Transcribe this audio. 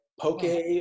poke